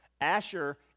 Asher